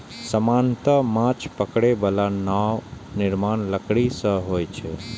सामान्यतः माछ पकड़ै बला नावक निर्माण लकड़ी सं होइ छै